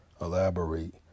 elaborate